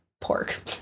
pork